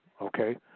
okay